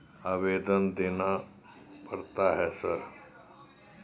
आवेदन देना पड़ता है सर?